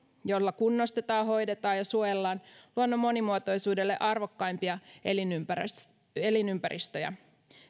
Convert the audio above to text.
jolla kunnostetaan hoidetaan ja suojellaan luonnon monimuotoisuudelle arvokkaimpia elinympäristöjä elinympäristöjä